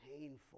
painful